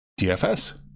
DFS